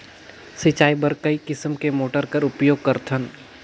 सिंचाई बर कई किसम के मोटर कर उपयोग करथन?